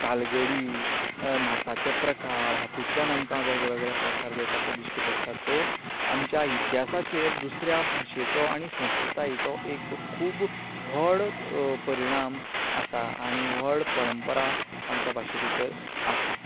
तालगडी नाचाचे प्रकार हातुंतल्यान आमकां वेगळेवेगळे प्रकार जे आसा ते दिश्टी पडटा सो आमच्या इतिहासाचेर दुसऱ्या भाशेचो आनी संस्कृतायेचो एक खूब व्हड परिणाम आसा आनी व्हड परंपरा आमच्या भाशे भितर आसा